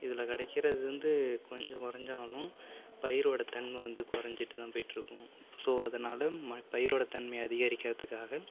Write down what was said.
இதில் கிடைக்கிறது வந்து கொஞ்சம் கொறைஞ்சாலும் பயிரோட தன்மை வந்து குறைஞ்சிட்டு தான் போய்ட்ருக்கும் ஸோ அதனால் பயிரோட தன்மையை அதிகரிக்கிறதுக்காக